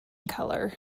color